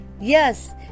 yes